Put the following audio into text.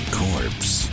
corpse